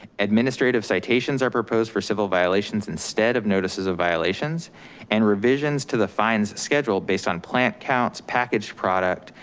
administrative citations are proposed for civil violations instead of notices of violations and revisions to the fines schedule based on plant counts packaged product,